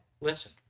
listen